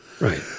Right